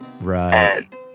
Right